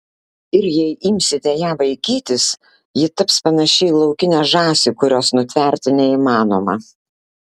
ir jei imsite ją vaikytis ji taps panaši į laukinę žąsį kurios nutverti neįmanoma